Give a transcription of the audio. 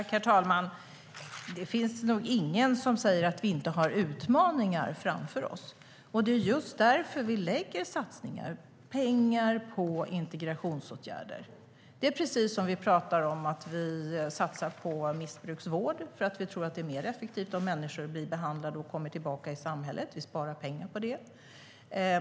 Herr talman! Det finns nog ingen som säger att vi inte har utmaningar framför oss. Det är därför vi lägger fram förslag på satsningar, det vill säga pengar till integrationsåtgärder. Det är precis som att vi talar om att satsa på missbruksvård eftersom vi tror att det är mer effektivt om människor blir behandlade och kommer tillbaka till samhället. Vi sparar pengar på det.